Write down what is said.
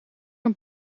een